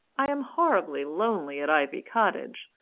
i am horribly lonely at ivy cottage.